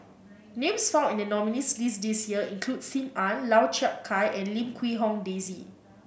names found in the nominees' list this year include Sim Ann Lau Chiap Khai and Lim Quee Hong Daisy